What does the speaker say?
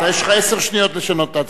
יש לך עשר שניות לשנות את ההצבעה.